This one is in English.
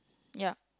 ya